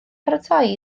paratoi